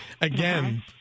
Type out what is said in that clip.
Again